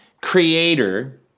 creator